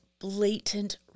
blatant